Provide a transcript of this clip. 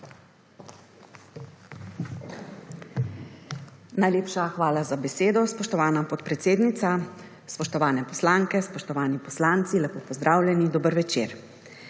Najlepša hvala za besedo, spoštovana podpredsednica. Spoštovane poslanke, spoštovani poslanci, lepo pozdravljeni, dober večer!